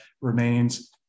remains